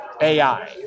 AI